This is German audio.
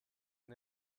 ein